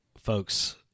folks